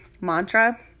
mantra